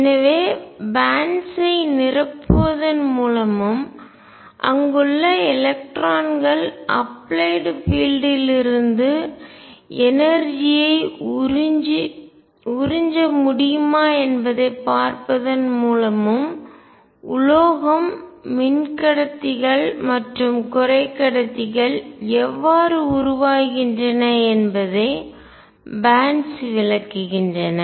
எனவே பேன்ட்ஸ் ஐ பட்டைகள் நிரப்புவதன் மூலமும் அங்குள்ள எலக்ட்ரான்கள் அப்ளைட் பீல்டிலிருந்து எனர்ஜிஆற்றல் ஐ உறிஞ்ச எடுத்துக்கொள்ள முடியுமா என்பதைப் பார்ப்பதன் மூலமும் உலோகம் மின்கடத்திகள் மற்றும் குறைக்கடத்திகள் எவ்வாறு உருவாகின்றன என்பதை பேன்ட்ஸ் பட்டைகள் விளக்குகின்றன